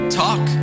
talk